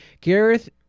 Gareth